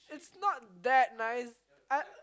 it's not that nice